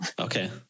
Okay